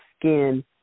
skin